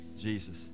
Jesus